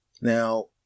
Now